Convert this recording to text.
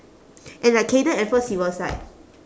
and like kayden at first he was like